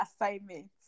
assignment